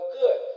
good